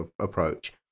approach